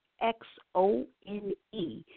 X-O-N-E